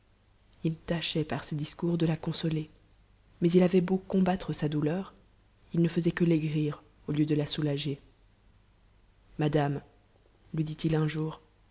h tâchaitpar ses discours de la consoler mais il avait beau combattre sa douleur il ne taisait que l'aigrir au lieu de la soulager madame lui dit-il un jour